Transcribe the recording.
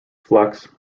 flux